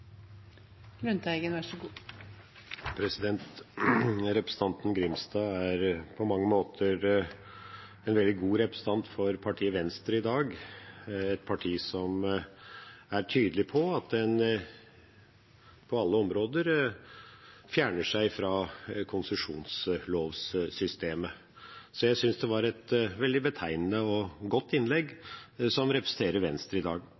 Representanten Grimstad er i dag på mange måter en veldig god representant for partiet Venstre, et parti som er tydelig på at en på alle områder fjerner seg fra konsesjonslovssystemet. Så jeg synes det var et veldig betegnende og godt innlegg som representerer Venstre i dag.